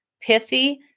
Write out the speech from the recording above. pithy